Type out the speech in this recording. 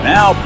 Now